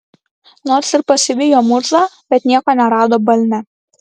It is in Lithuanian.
nors ir pasivijo murzą bet nieko nerado balne